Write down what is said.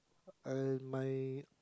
uh my